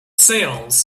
sails